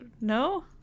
No